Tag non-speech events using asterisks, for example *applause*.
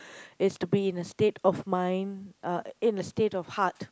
*breath* is to be in a state of mind uh in a state of heart